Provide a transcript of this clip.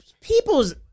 people's